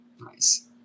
Nice